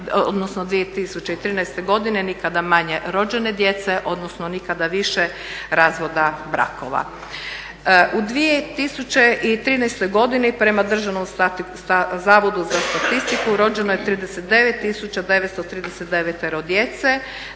odnosno 2013. godine nikada manje rođene djece, odnosno nikada više razvoda brakova. U 2013. godini prema Državnom zavodu za statistiku rođeno je 39 939 djece,